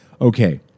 okay